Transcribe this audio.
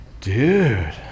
dude